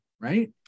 right